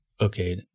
okay